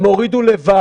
הם הוריד את עצמם לבד,